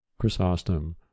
Chrysostom